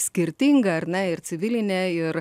skirtinga ar ne ir civilinė ir